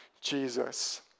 Jesus